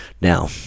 Now